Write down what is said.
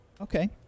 Okay